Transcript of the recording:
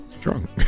drunk